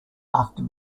after